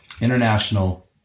International